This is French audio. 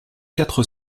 quatre